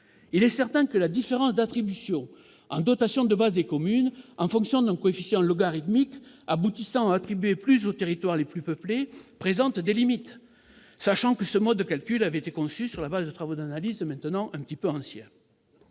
Il est certain que le mode de calcul de la dotation de base des communes, en fonction d'un coefficient logarithmique aboutissant à attribuer plus aux territoires les plus peuplés, présente des limites, sachant qu'il a été conçu sur la base de travaux d'analyse maintenant un peu anciens.